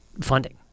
funding